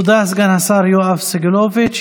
תודה, סגן השר יואב סגלוביץ'.